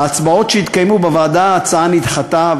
בהצבעות שהתקיימו בוועדה ההצעה נדחתה,